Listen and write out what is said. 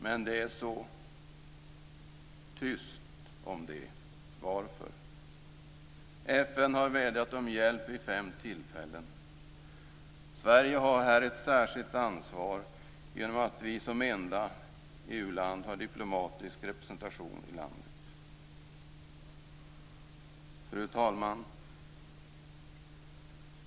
Men det är så tyst om det. Varför? FN har vädjat om hjälp vid fem tillfällen. Sverige har här ett särskilt ansvar genom att vi som enda EU-land har diplomatisk representation i landet. Fru talman!